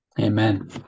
Amen